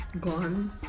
gone